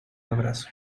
abrazo